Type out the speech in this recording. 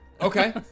Okay